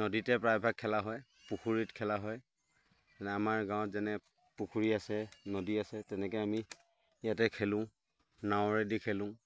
নদীতে প্ৰায়ভাগ খেলা হয় পুখুৰীত খেলা হয় যে আমাৰ গাঁৱত যেনে পুখুৰী আছে নদী আছে তেনেকৈ আমি ইয়াতে খেলোঁ নাৱৰেদি খেলোঁ